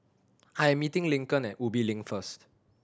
I'm meeting Lincoln at Ubi Link first